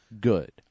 Good